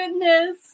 goodness